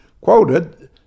quoted